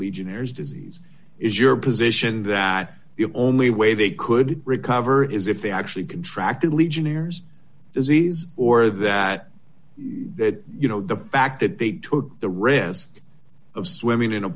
legionnaire's disease is your position that the only way they could recover is if they actually contract legionnaires disease or that that you know the fact that they took the risk of swimming in a